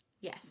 yes